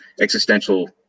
existential